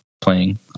playing